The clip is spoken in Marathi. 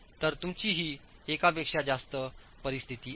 तर तुमचीही एकापेक्षा जास्त परिस्थिती आहे